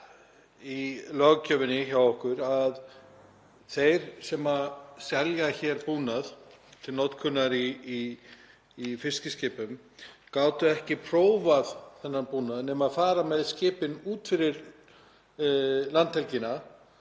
í löggjöfinni hjá okkur að þeir sem selja hér búnað til notkunar í fiskiskipum gátu ekki prófað þennan búnað nema fara með skipin út fyrir landhelgina,